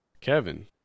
Kevin